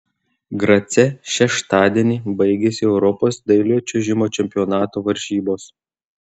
grace šeštadienį baigėsi europos dailiojo čiuožimo čempionato varžybos